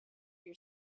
your